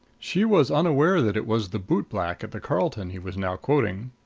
she was unaware that it was the bootblack at the carlton he was now quoting.